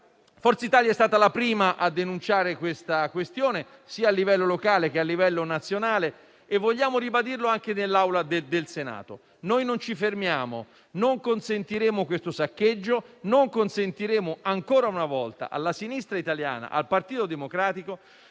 Forza Italia è stata la prima a denunciare la questione, a livello sia locale che nazionale, e vogliamo ribadirlo anche nell'Aula del Senato. Noi non ci fermiamo: non consentiremo questo saccheggio, non consentiremo ancora una volta alla sinistra italiana, al Partito Democratico,